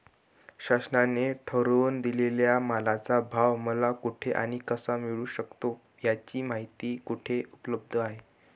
शासनाने ठरवून दिलेल्या मालाचा भाव मला कुठे आणि कसा मिळू शकतो? याची माहिती कुठे उपलब्ध आहे?